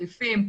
צריפים,